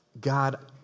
God